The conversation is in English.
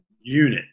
unit